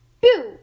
boo